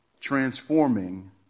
transforming